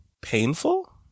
painful